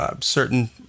Certain